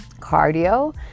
cardio